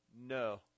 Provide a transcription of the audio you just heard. No